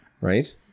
right